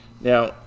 Now